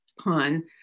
pun